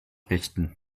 richten